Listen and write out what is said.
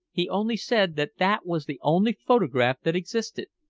he only said that that was the only photograph that existed,